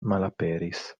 malaperis